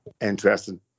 Interesting